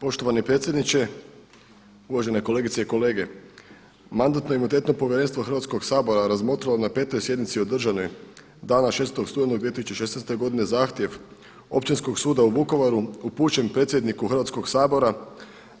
Poštovani predsjedniče, uvažene kolegice i kolege Mandatno-imunitetno povjerenstvo Hrvatskog sabora razmotrilo je na 5. sjednici održanoj dana 6. studenog 2016. godine zahtjev Općinskog suda u Vukovaru upućen predsjedniku Hrvatskog sabora